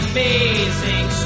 Amazing